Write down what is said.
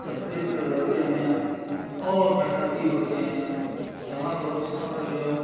تہذیب میں رہتے ہیں اور محنتی ہوتے ہیں یہاں بہت سارے لوگ